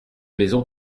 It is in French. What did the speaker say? maison